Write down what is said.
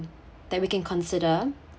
that we can consider